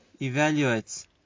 evaluates